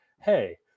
hey